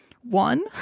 one